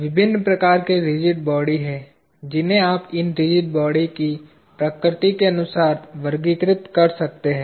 विभिन्न प्रकार के रिजिड बॉडी हैं जिन्हें आप इन रिजिड बॉडी की प्रकृति के अनुसार वर्गीकृत कर सकते हैं